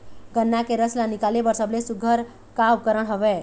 गन्ना के रस ला निकाले बर सबले सुघ्घर का उपकरण हवए?